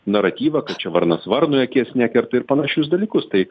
naratyvą kad čia varnas varnui akies nekerta ir panašius dalykus tai